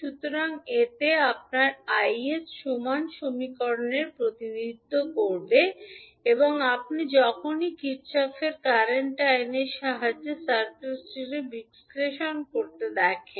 সুতরাং এতে আপনি Is সমান সমীকরণের প্রতিনিধিত্ব করতে পারেন এবং আপনি যখনই কারশফের কারেন্ট আইনের Kirchhoff's Current Lawসাহায্যে সার্কিটটিকে বিশ্লেষণ করতে দেখেন